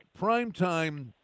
primetime